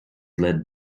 led